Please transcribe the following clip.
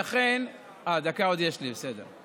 ולכן, אה, דקה עוד יש לי, בסדר.